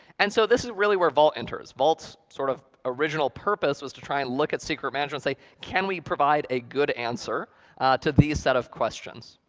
and so this is really where vault enters. vault's sort of original purpose was to try and look at secret management and say, can we provide a good answer to these set of questions?